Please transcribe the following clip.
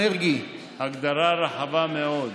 הגדרה רחבה מאוד.